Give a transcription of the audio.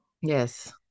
Yes